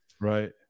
Right